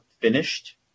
finished